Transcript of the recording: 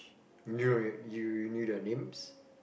you know you knew their names